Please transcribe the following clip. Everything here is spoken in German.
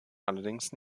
allerdings